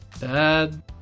Dad